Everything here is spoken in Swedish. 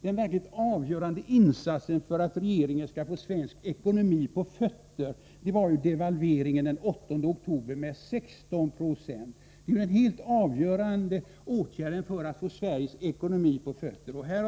Den verkligt avgörande insatsen för att regeringen skall få svensk ekonomi på fötter var ju devalveringen med 16 I6 den 8 oktober.